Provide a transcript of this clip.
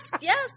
yes